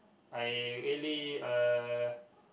I really uh